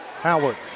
Howard